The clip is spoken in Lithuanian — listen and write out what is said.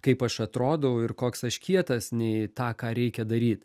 kaip aš atrodau ir koks aš kietas nei tą ką reikia daryt